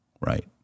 Right